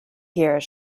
here